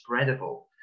spreadable